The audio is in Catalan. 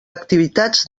activitats